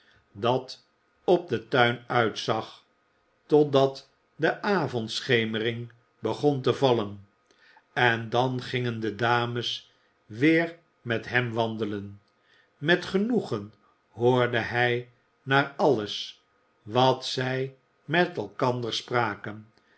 dat op den tuin uitzag totdat de avondschemering begon te vallen en dan gingen de dames weer met hem wandelen met genoegen hoorde hij naar alles wat zij met elkander spraken